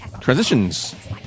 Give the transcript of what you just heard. Transitions